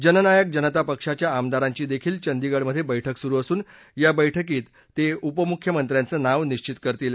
जननायक जनता पक्षाच्या आमदारांची देखील चंदीगडमध्ये बैठक सुरू असून या बैठकीत ते उपमुख्यमंत्र्यांचं नाव निबित करतील